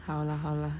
好 lah 好 lah